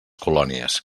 colònies